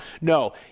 No